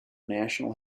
national